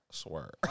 swear